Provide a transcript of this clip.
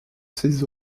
ses